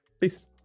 peace